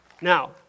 Now